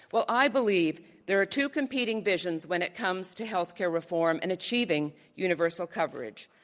well, i believe there are two competing visions when it comes to healthcare reform and achieving universal coverage.